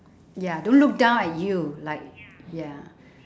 ya don't look down at you like ya